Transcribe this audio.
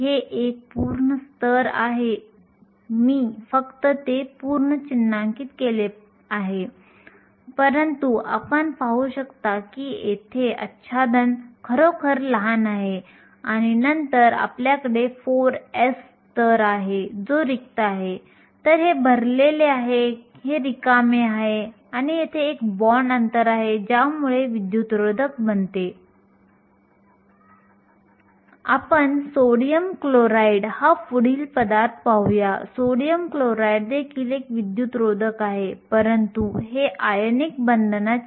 हे समजून घेण्यासाठी आपण एक परिमाण परिभाषित करतो ज्याला आपण गतिशीलता म्हणतो गतिशीलता हे μ द्वारे दर्शवले जाते आणि μ साठी अभिव्यक्ती म्हणजे जर आपण इलेक्ट्रॉनकडे पहात असाल तर तुम्ही म्हणू शकता की μe हे τe वर me होय